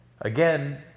Again